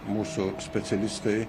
mūsų specialistai